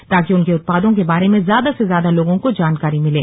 ताकि उनके उत्पादों के बारे में ज्यादा से ज्यादा लोगों को जानकारी मिले